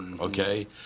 okay